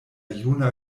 juna